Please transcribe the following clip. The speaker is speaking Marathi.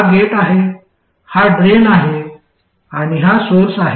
हा गेट आहे हा ड्रेन आहे आणि हा सोर्स आहे